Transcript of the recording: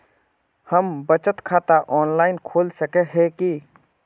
हम बचत खाता ऑनलाइन खोल सके है की?